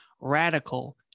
radical